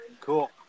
Cool